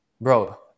Bro